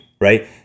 right